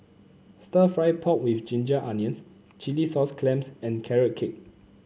stir fry pork with Ginger Onions Chilli Sauce Clams and Carrot Cake